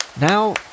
Now